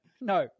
no